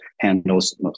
handles